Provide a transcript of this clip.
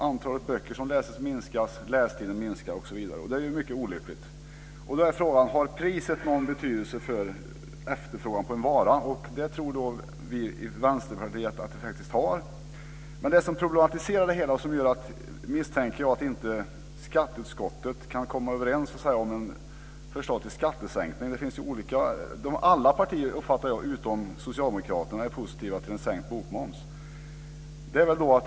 Antalet böcker som läses minskar, lästiden minskar osv., vilket är mycket olyckligt. Frågan är då om priset har någon betydelse för efterfrågan på en vara. Vi i Vänsterpartiet tror att så är fallet. Något som skapar problem och som gör att skatteutskottet inte kan komma överens om ett förslag till skattesänkning är att det socialdemokratiska partiet inte är positivt till en sänkning av bokmomsen, något som jag uppfattar att alla andra partier är.